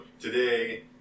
today